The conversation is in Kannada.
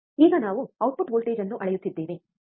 ಈಗ ನಾವು ಔಟ್ಪುಟ್ ವೋಲ್ಟೇಜ್ ಅನ್ನು ಅಳೆಯುತ್ತಿದ್ದೇವೆ